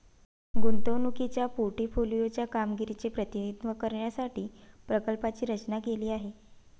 गुंतवणुकीच्या पोर्टफोलिओ च्या कामगिरीचे प्रतिनिधित्व करण्यासाठी प्रकल्पाची रचना केली आहे